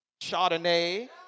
Chardonnay